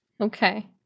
Okay